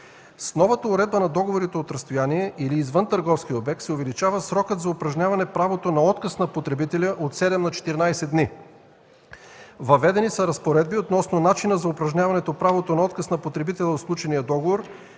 С новата уредба на договорите от разстояние или извън търговския обект се увеличава срокът за упражняване правото на отказ на потребителя от 7 на 14 дни. Въведени са разпоредби относно начина за упражняване правото на отказ на потребителя от сключения договор,